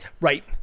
Right